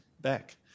back